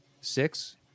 Six